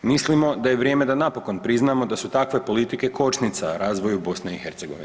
Mislimo da je vrijeme da napokon priznamo da su takve politike kočnica razvoju BiH.